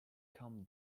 calm